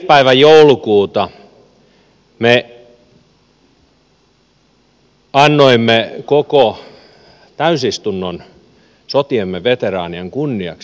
päivä joulukuuta me annoimme koko täysistunnon sotiemme veteraanien kunniaksi